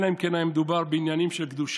אלא אם כן היה מדובר בעניינים של קדושה